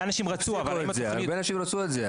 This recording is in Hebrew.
הרבה אנשים רצו אבל אם התוכנית --- הרבה אנשים רצו את זה,